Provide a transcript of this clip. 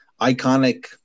iconic